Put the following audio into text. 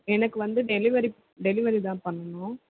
எனக்கு வந்து delivery delivery தான் பண்ணணும்